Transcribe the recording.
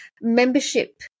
membership